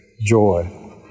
Joy